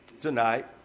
tonight